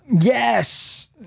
Yes